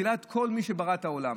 הוא גילה את מי שברא את כל העולם,